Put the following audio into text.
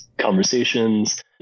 conversations